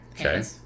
Okay